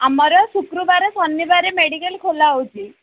ଆମର ଶୁକ୍ରବାର ଶନିବାରରେ ମେଡ଼ିକାଲ୍ ଖୋଲା ହେଉଛି